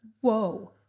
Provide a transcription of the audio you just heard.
Whoa